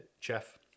jeff